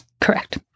Correct